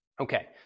Okay